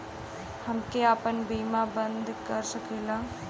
हमके आपन बीमा बन्द कर सकीला?